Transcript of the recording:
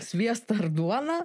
sviestą ar duoną